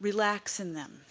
relax in them.